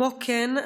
כמו כן,